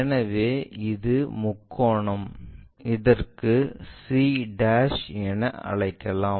எனவே இது முக்கோணம் இதற்கு c என அழைக்கலாம்